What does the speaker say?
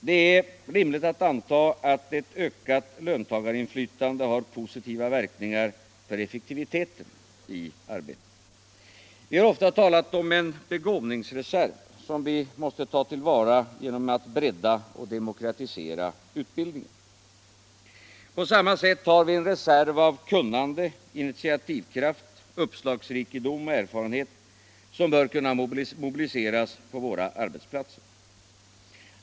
Det är sålunda rimligt att anta att ett ökat löntagarinflytande har positiva verkningar för effektiviteten i arbetet. Vi har ofta talat om en begåvningsreserv som vi måste ta till vara genom att brädda och demokratisera utbildningen. På samma sätt har vi en reserv av kunnande, initiativkraft, uppslagsrikedom och erfarenhet som bör kunna mobliseras på våra arbetsplatser.